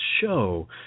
show